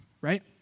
right